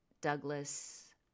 Douglas